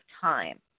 time